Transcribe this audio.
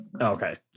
Okay